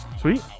Sweet